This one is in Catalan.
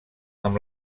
amb